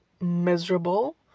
miserable